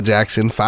Jackson